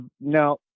Now